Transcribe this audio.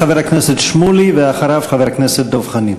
חבר הכנסת שמולי, ואחריו, חבר הכנסת דב חנין.